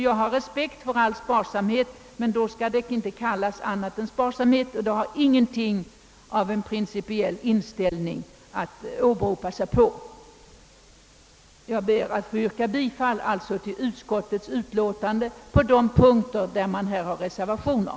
Jag har respekt för all sparsamhet, men man skall i så fall inte kalla det annat än sparsamhet och inte åberopa någon principiell inställning. Herr talman! Jag ber att få yrka bifall till utskottets hemställan på de punkter där reservationer föreligger.